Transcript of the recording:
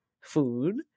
food